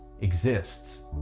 exists